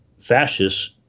fascists